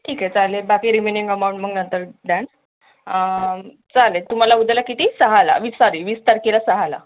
ठीक आहे चालेल बाकी रिमेनिंग अमाऊंट मग नंतर द्याल चालेल तुम्हाला उद्याला किती सहाला वीस् सॉरी वीस तारखेला सहाला